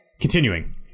continuing